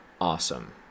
awesome